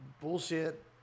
bullshit